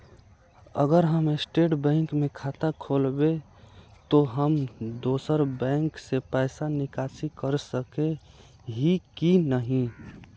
अगर हम state bank में खाता खोलबे तो हम दोसर बैंक से पैसा निकासी कर सके ही की नहीं?